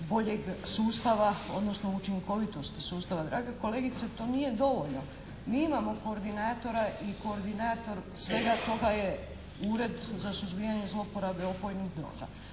boljeg sustava odnosno učinkovitosti sustava. Draga kolegice, to nije dovoljno. Mi imamo koordinatora i koordinator svega toga je Ured za suzbijanje zlouporabe opojnih droga.